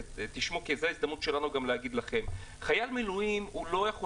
זאת ההזדמנות שלנו גם להגיד לכם: חייל מילואים לא יכול